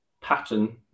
pattern